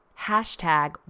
Hashtag